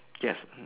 yes mm